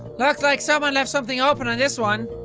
looks like someone left something open on this one.